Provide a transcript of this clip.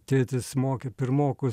tėtis mokė pirmokus